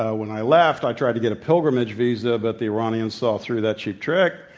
ah when i left, i tried to get a pilgrimage visa, but the iranians saw through that cheap trick,